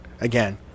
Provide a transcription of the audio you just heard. again